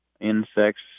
insects